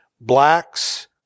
blacks